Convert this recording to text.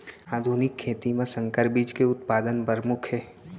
आधुनिक खेती मा संकर बीज के उत्पादन परमुख हे